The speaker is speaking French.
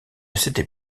s’était